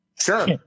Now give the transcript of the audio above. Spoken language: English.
Sure